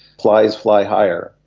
flies fly higher.